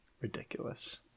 Ridiculous